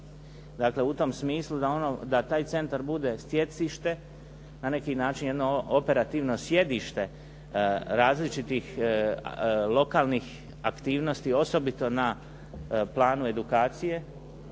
Dakle, u tom smislu da taj centar bude …/Govornik se ne razumije./…, na neki način jedno operativno sjedište različitih lokalnih aktivnosti osobito na planu edukacije,